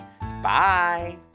Bye